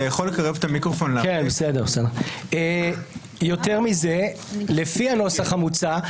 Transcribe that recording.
יותר מזה לפי הנוסח המוצע,